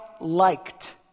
liked